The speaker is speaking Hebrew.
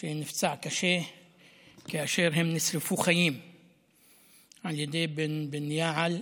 שנפצע קשה כאשר הם נשרפו חיים על ידי בן בליעל,